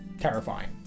terrifying